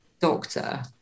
doctor